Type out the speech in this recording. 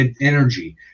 energy